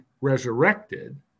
resurrected